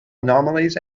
anomalies